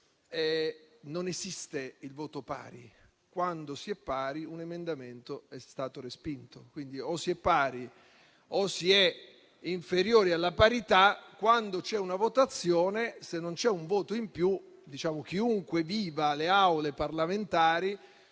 non esiste il voto pari: quando si è pari, vuol dire che l'emendamento è stato respinto. Quindi, o si è pari, o si è inferiori alla parità, quando c'è una votazione, se non c'è un voto in più, chiunque viva le Aule parlamentari